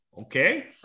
okay